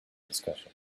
discussion